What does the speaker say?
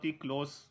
close